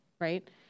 Right